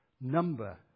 number